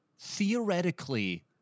theoretically